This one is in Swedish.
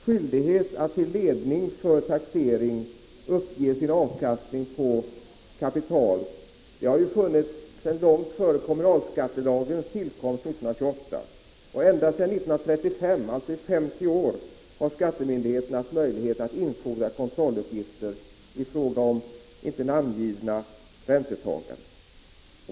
Skyldigheten att till ledning för taxering uppge avkastningen på sitt kapital har ju funnits sedan långt före kommunalskattelagens tillkomst 1928. Ända sedan 1935, alltså 50 år, har skattemyndigheterna haft möjlighet att infordra kontrolluppgifter i fråga om inte namngivna räntetagare.